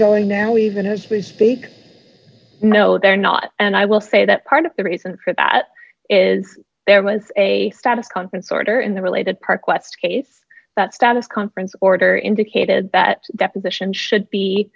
going now we've managed to speak no they're not and i will say that part of the reason for that is there was a status conference order in the related park west case that status conference order indicated that deposition should be